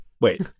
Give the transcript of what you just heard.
Wait